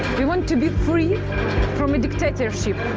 we want to be free from a dictatorship.